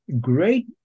great